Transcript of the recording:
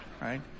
Right